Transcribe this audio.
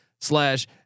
slash